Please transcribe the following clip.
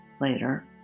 later